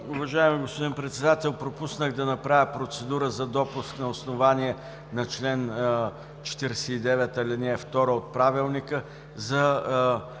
Уважаеми господин Председател, пропуснах да направя процедура за допуск на основание чл. 49, ал. 2 от Правилника за